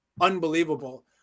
unbelievable